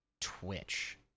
Twitch